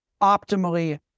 optimally